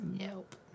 Nope